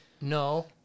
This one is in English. no